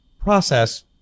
process